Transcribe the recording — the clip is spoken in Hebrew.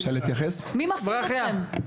מי מפריד אתכם?